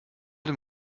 dem